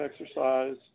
exercise